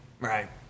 Right